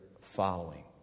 following